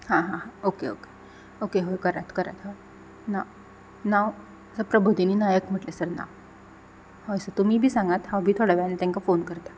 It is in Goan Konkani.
हा हा हा ओके ओके ओके हय करात करात हय ना नांव सर प्रभोदिनी नायक म्हटलें सर नांव हय सर तुमीय बी सांगात हांव बी थोड्या वेळान तांकां फोन करता